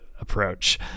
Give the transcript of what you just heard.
approach